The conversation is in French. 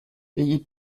ayez